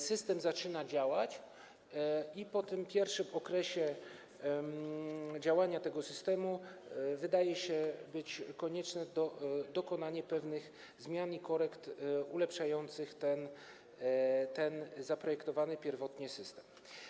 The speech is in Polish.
System zaczyna działać i po tym pierwszym okresie działania systemu wydaje się konieczne dokonanie pewnych zmian i korekt ulepszających ten zaprojektowany pierwotnie system.